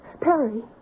Perry